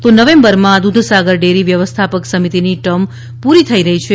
તો નવેમ્બરમાં દૂધસાગર ડેરી વ્યવસ્થાપક સમિતિની ટર્મ પૂરી થઇ રહી છે